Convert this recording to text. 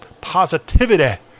positivity